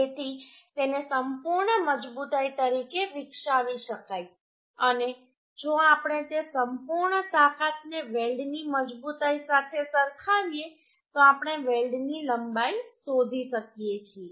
જેથી તેને સંપૂર્ણ મજબૂતાઈ તરીકે વિકસાવી શકાય અને જો આપણે તે સંપૂર્ણ તાકાતને વેલ્ડની મજબૂતાઈ સાથે સરખાવીએ તો આપણે વેલ્ડની લંબાઈ શોધી શકીએ છીએ